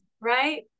right